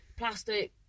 Plastic